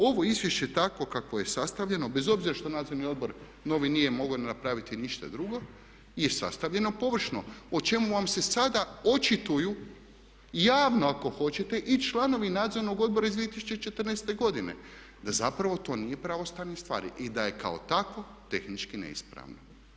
Ovo izvješće takvo kakvo je sastavljeno bez obzira što nadzorni odbor novi nije ni mogao napraviti ništa drugo je sastavljeno površno o čemu vam se sada očituju i javno ako hoćete i članovi nadzornog odbora iz 2014. godine da zapravo to nije pravo stanje stvari i da je kao takvo tehnički neispravno.